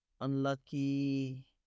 unlucky